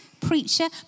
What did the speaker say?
preacher